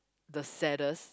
the saddest